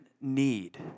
need